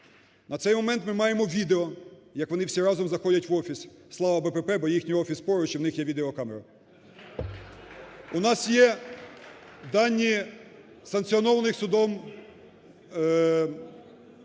На цей момент ми маємо відео, як вони всі разом заходять в офіс, слава "БПП", бо їхній офіс поруч і в них є відеокамери. У нас є дані, санкціонованих судом,